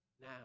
now